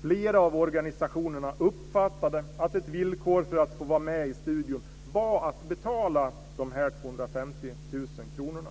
Flera av organisationerna uppfattade att ett villkor för att få vara med i studion var att betala de 250 000 kronorna.